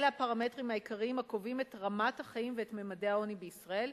אלה הם הפרמטרים העיקריים הקובעים את רמת החיים ואת ממדי העוני בישראל,